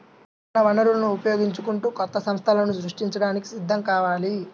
ఉన్న వనరులను ఉపయోగించుకుంటూ కొత్త సంస్థలను సృష్టించడానికి సిద్ధం కావాలి